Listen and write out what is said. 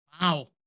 Wow